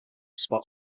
spot